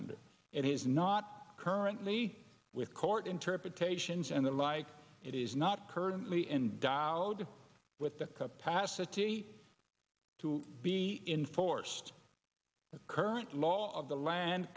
under it is not currently with court interpretations and the like it is not currently in dialogue with the capacity to be inforced the current law of the land